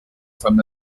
from